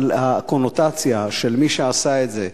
אבל הקונוטציה של מי שעשה את זה,